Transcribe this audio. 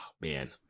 man